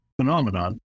phenomenon